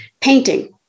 painting